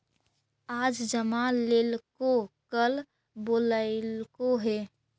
आज जमा लेलको कल बोलैलको हे?